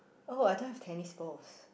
oh I don't have tennis balls